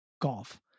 golf